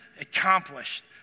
accomplished